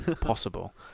possible